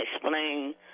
explain